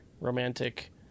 romantic